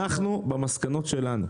במסקנות שלנו,